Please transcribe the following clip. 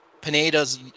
Pineda's